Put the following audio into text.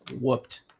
whooped